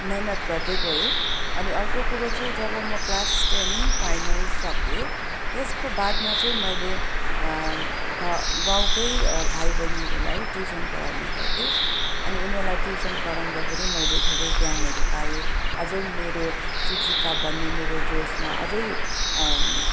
मेहनत गर्दै गएँ अनि अर्को कुरो चाहिँ जब म क्लास टेन फाइनल सकेँ त्यसको बादमा चाहिँ मैले घरगाउँकै भाइबहिनीहरूलाई ट्युसन पढाउने गर्थेँ अनि उनीहरूलाई ट्युसन पढाउँदाखेरि मैले धेरै ज्ञानहरू पाएँ अझै मेरो शिक्षिका बन्ने मेरो जोसमा अझै